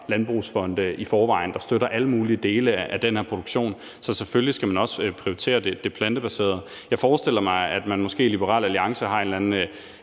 landbrugsfonde i forvejen, der støtter alle mulige dele af den her produktion, så selvfølgelig skal man også prioritere det plantebaserede. Jeg forestiller mig, at man i Liberal Alliance måske har en eller anden